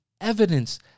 evidence